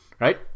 right